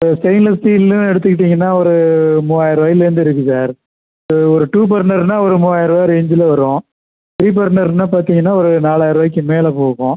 stainless ஸ்டீல்ன்னு எடுத்துக்கிட்டீங்கன்னால் ஒரு மூவாயர ரூபாய்லேந்து இருக்குது சார் ஒரு டூ பர்னர்னால் ஒரு மூவாயர ரூவா ரேஞ்சில் வரும் த்ரீ பர்னர்னு பார்த்திங்கன்னா ஒரு நாலாயர ரூவாய்க்கி மேல் போகும்